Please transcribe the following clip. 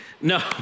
No